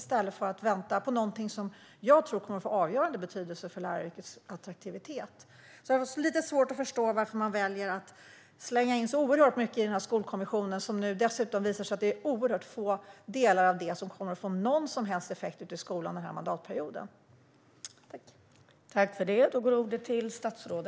Nu får vi i stället vänta på någonting som jag tror kommer att få avgörande betydelse för läraryrkets attraktivitet. Jag har alltså lite svårt att förstå varför man väljer att slänga in så oerhört mycket i Skolkommissionen, och dessutom visar det sig nu att det är oerhört få delar av detta som kommer att få någon som helst effekt ute i skolorna under denna mandatperiod.